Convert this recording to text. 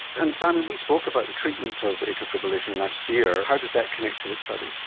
and simon, we spoke about the treatment of atrial fibrillation last year. how does that connect to this study?